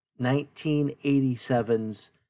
1987's